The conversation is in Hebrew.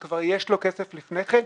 שכבר יש לו כסף לפני כן,